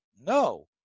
no